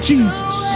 Jesus